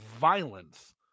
violence